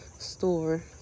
store